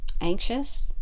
anxious